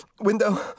window